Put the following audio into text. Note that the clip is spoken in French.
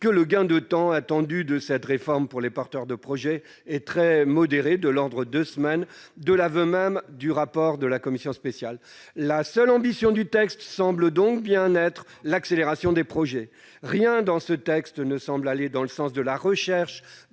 que le gain de temps attendu de cette réforme pour les porteurs de projet est très modéré, de l'ordre de deux semaines, de l'aveu même de la commission spéciale dans son rapport. La seule ambition du texte semble donc bien être l'accélération des projets. Rien ne semble aller dans le sens de la recherche